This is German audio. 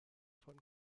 von